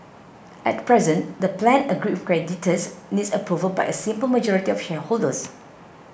at present the plan agreed with creditors needs approval by a simple majority of shareholders